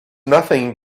nothing